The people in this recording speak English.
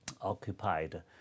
occupied